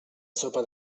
sopa